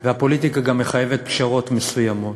והפוליטיקה גם מחייבת פשרות מסוימות,